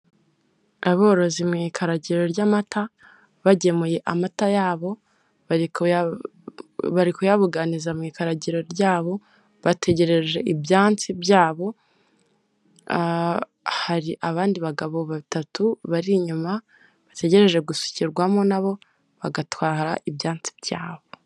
Aborozi mu ikaragiro ry'amata bagemuye amata yabo bari kuyabuganiza mu ikaragira ryabo, bategereje ibyasi byabo, hari abandi bagabo batatu bari inyuma bategereje gusukirwamo nabo bagatwara ibyansi byabo.